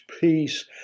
peace